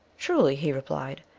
truly, he replied,